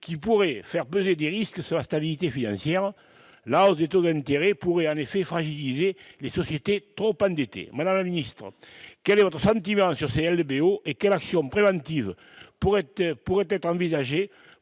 qui pourraient faire peser des risques sur la stabilité financière. La hausse des taux d'intérêt pourrait en effet fragiliser les sociétés trop endettées. Madame la secrétaire d'État, quel est votre sentiment sur ces LBO, et quelles actions préventives pourraient être envisagées